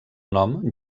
nom